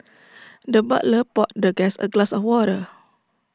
the butler poured the guest A glass of water